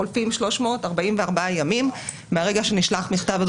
חולפים 344 ימים מהרגע שנשלח מכתב הדרישה.